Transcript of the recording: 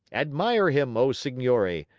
admire him, o signori,